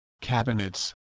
cabinets